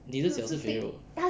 你的脚是肥肉